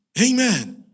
Amen